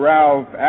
Ralph